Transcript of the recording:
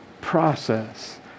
process